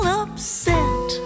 upset